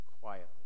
quietly